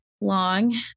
long